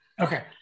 Okay